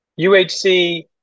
UHC